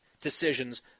decisions